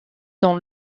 dans